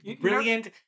brilliant